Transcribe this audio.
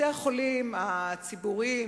בתי-החולים הציבוריים,